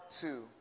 two